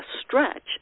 stretch